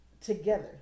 together